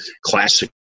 classic